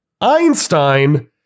Einstein